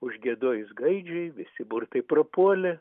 užgiedojus gaidžiui visi burtai prapuolė